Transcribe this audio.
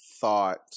thought